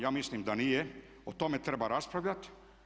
Ja mislim da nije, o tome treba raspravljati.